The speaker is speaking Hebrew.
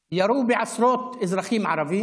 כשירו בעשרות אזרחים ערבים